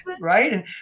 right